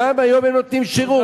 גם היום הם נותנים שירות,